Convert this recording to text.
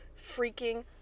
freaking